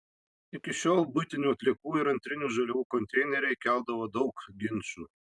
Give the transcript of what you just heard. iki šiol buitinių atliekų ir antrinių žaliavų konteineriai keldavo daug ginčų